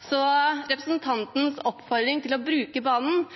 så representantens oppfordring om å bruke banen